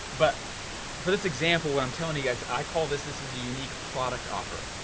but for this example, what i'm telling you guys, i call this, this is a unique product offer.